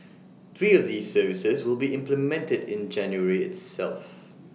three of these services will be implemented in January itself